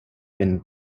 been